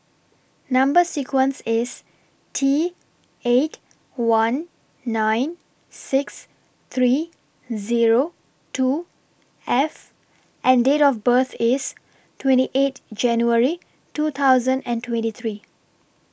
Number sequence IS T eight one nine six three Zero two F and Date of birth IS twenty eight January two thousand and twenty three